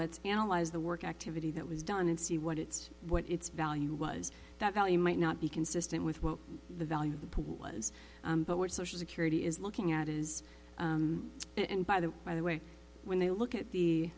let's analyze the work activity that was done and see what its what its value was that value might not be consistent with what the value of the pool was but what social security is looking at is and by the by the way when they look at